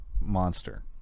monster